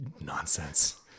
Nonsense